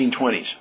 1920s